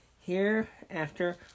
Hereafter